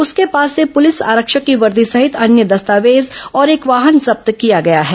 उसके पास से पुलिस आरक्षक की वर्दी सहित अन्य दस्तावेज और एक वाहन जब्त किया गया है